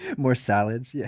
more salads yeah